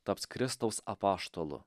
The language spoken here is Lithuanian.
taps kristaus apaštalu